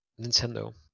Nintendo